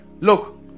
Look